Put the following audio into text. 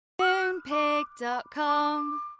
Moonpig.com